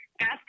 ask